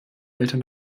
eltern